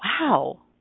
Wow